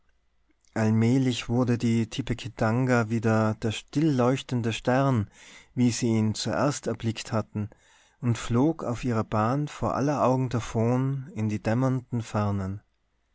allmählich wurde die tipekitanga wieder der still leuchtende stern wie sie ihn zuerst erblickt hatten und flog auf ihrer bahn vor aller augen davon in die dämmernden fernen